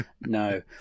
No